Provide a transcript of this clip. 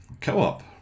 co-op